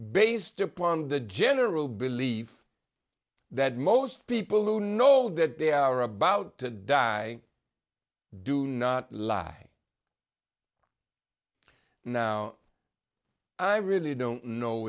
based upon the general belief that most people who know that they are about to die do not lie now i really don't know